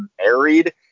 married